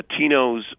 Latinos